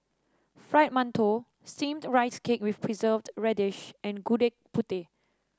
Fried Mantou Steamed Rice Cake with Preserved Radish and Gudeg Putih